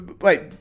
Wait